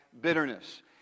bitterness